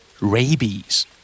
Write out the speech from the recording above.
Rabies